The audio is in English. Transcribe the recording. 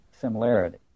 similarity